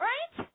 Right